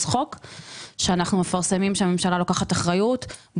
צחוק על כך שאנחנו מפרסמים שהממשלה לוקחת אחריות,